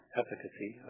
efficacy